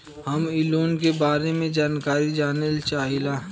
हम इ लोन के बारे मे जानकारी जाने चाहीला?